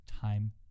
time